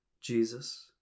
Jesus